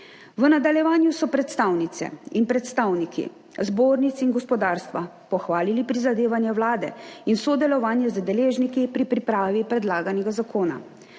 V nadaljevanju so predstavnice in predstavniki zbornic in gospodarstva pohvalili prizadevanja Vlade in sodelovanje z deležniki pri pripravi predlaganega zakona.